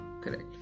Correct